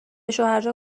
شوهرجان